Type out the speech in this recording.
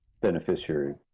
beneficiary